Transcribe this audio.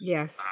Yes